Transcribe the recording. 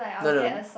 no no